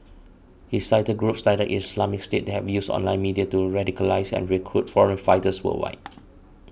he cited groups like the Islamic State that have used online media to radicalise and recruit foreign fighters worldwide